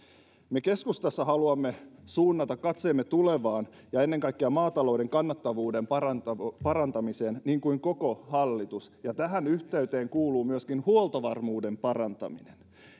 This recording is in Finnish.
me keskustassa haluamme suunnata katseemme tulevaan ja ennen kaikkea maatalouden kannattavuuden parantamiseen parantamiseen niin kuin koko hallitus ja tähän yhteyteen kuuluu myöskin huoltovarmuuden parantaminen